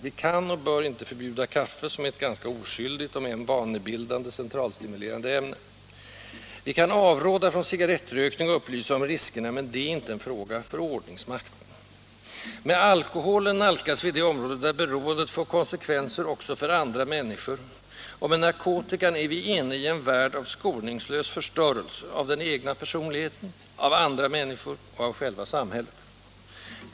Vi kan och bör inte förbjuda kaffe, som är ett ganska oskyldigt, om än vanebildande, centralstimulerande ämne. Vi kan avråda från cigarettrökning och upplysa om riskerna, men det är inte en fråga för ordningsmakten. Med alkoholen nalkas vi det område där beroendet får konsekvenser också för andra människor, och med narkotikan är vi inne i en värld av skoningslös förstörelse, av den egna personligheten, av andra människor och av själva samhället.